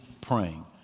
praying